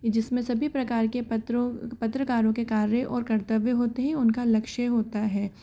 जिसमें सभी प्रकार के पत्रो पत्रकारों के कार्य और कर्तव्य होते हैं उनका लक्ष्य होता है